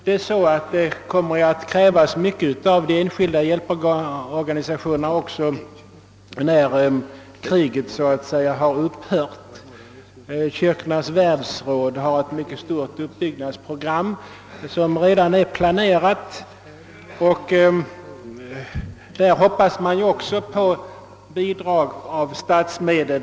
Det kommer naturligtvis att krävas mycket av de enskilda hjälporganisationerna också sedan kriget upphört. Kyrkornas världsråd har redan gjort upp ett omfattande uppbyggnadsprogram, och därvidlag hoppas man även på bidrag av statsmedel.